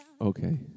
Okay